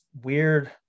weird